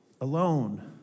Alone